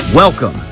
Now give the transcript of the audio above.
Welcome